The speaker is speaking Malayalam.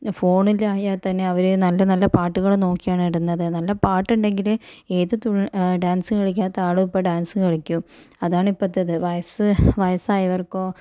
ഫോണിൽ അയാൽ തന്നെ അവര് നല്ല നല്ല പാട്ടുകൾ നോക്കിയാണ് ഇടുന്നത് നല്ല പാട്ടുണ്ടെങ്കില് ഏത് തു ഡാൻസ് കളികാത്ത ആളും ഇപ്പോൾ ഡാൻസ് കളിക്കും അതാണ് ഇപ്പൊത്തേത് വയസ് വയസ് ആയവർക്കോ